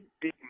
big